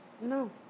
No